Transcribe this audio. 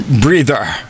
breather